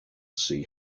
see